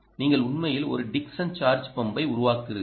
நீங்கள் உண்மையில் ஒரு டிக்சன் சார்ஜ் பம்பைக் உருவாக்கியுள்ளீர்கள்